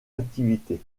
activité